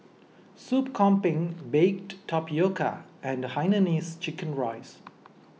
Sup Kambing Baked Tapioca and Hainanese Chicken Rice